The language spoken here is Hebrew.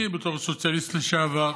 אני בתור סוציאליסט לשעבר,